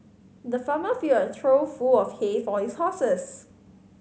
the farmer filled a trough full of hay for his horses